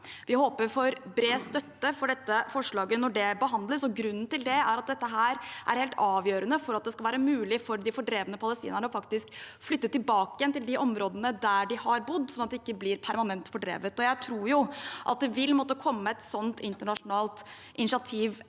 Vi håper vi får bred støtte til dette forslaget når det behandles. Grunnen til det er at dette er helt avgjørende for at det skal være mulig for de fordrevne palestinerne å faktisk flytte tilbake igjen til de områdene der de har bodd, slik at de ikke blir permanent fordrevet. Jeg tror det vil måtte komme et slikt internasjonalt initiativ